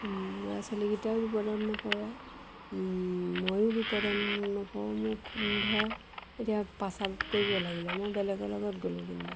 ল'ৰা ছোৱালীকিটাও বিপদত নপৰে ময়ো বিপদত নপৰোঁ মোক ধৰক এতিয়া পাচাব কৰিব লাগিলে মই বেলেগৰ লগত গ'লো যেনিবা